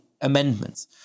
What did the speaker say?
amendments